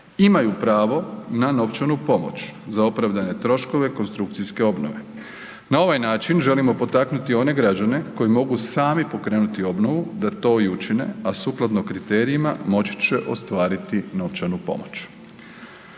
imaju pravo na novčanu pomoć za opravdane troškove konstrukcijske obnove. Na ovaj način želimo potaknuti one građane koji mogu sami pokrenuti obnovu da to i učine, a sukladno kriterijima moći će ostvariti novčanu pomoć.